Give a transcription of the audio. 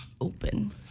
open